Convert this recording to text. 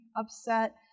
upset